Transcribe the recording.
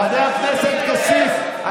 חבר הכנסת כסיף,